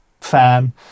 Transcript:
fan